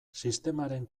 sistemaren